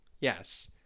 Yes